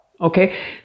okay